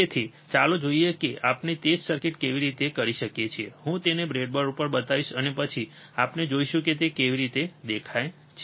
તેથી ચાલો જોઈએ કે આપણે તે જ સર્કિટ કેવી રીતે કરી શકીએ હું તે તમને બ્રેડબોર્ડ પર બતાવીશ અને પછી આપણે જોઈશું કે તે કેવી દેખાય છે